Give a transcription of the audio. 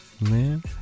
Man